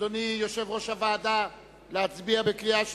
אדוני יושב-ראש הוועדה, להצביע בקריאה שלישית?